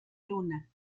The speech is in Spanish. luna